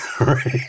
right